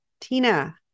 Tina